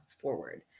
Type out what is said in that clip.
Forward